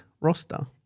roster